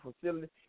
facility